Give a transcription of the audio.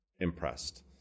impressed